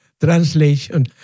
translation